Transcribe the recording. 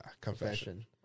confession